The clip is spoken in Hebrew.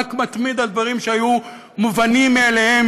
ממאבק מתמיד על דברים שהיו מובנים מאליהם